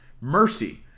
Mercy